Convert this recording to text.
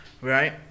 Right